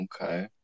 Okay